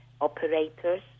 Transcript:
operators